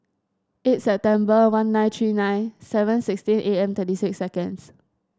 eight September one nine three nine seven sixteen A M thirty six seconds